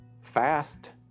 Fast